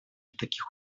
таких